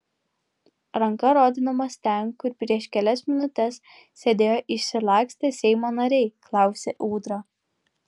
ranka rodydamas ten kur prieš kelias minutes sėdėjo išsilakstę seimo nariai klausė ūdra